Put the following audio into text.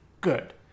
good